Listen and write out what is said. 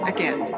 Again